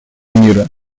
мира